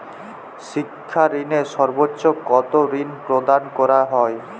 শিক্ষা ঋণে সর্বোচ্চ কতো ঋণ প্রদান করা হয়?